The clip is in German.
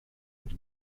und